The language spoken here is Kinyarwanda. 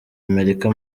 amerika